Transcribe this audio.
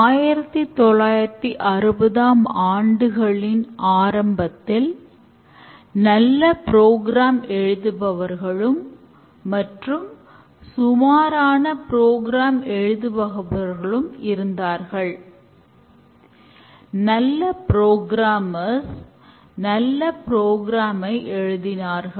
1960ம் ஆண்டுகளின் ஆரம்பத்தில் நல்ல ப்ரோக்ராம்ஆக ஆனார்கள்